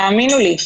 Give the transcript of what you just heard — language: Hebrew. תאמינו לי.